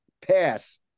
pass